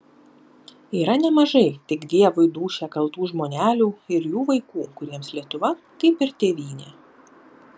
yra nemažai tik dievui dūšią kaltų žmonelių ir jų vaikų kuriems lietuva kaip ir tėvynė